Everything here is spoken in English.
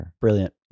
Brilliant